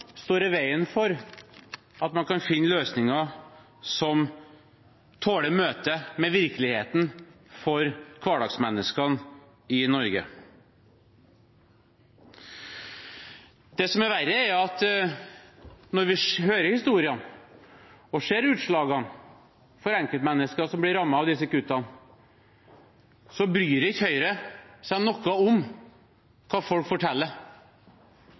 står i veien for at man kan finne løsninger som tåler møtet med virkeligheten for hverdagsmenneskene i Norge. Det som er verre, er at når vi hører historiene og ser utslagene for enkeltmennesker som blir rammet av disse kuttene, så bryr ikke Høyre seg noe om hva folk forteller.